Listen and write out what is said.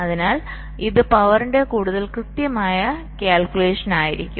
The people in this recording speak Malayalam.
അതിനാൽ ഇത് പവറിന്റെ കൂടുതൽ കൃത്യമായ കണക്കുകൂട്ടൽ ആയിരിക്കും